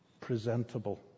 presentable